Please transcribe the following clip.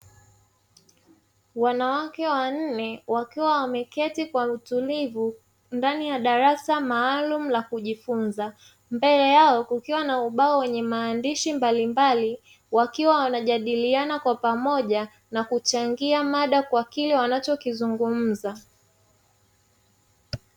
Wanawake wanne wakiwa wameketi kwa utulivu ndani ya darasa maalumu la kujifunza, mbele yao kukiwa na ubao wenye maandishi mbalimbali, wakiwa wanajadiliana kwa pamoja na kuchangia mada kwa kile wanachokizungumza.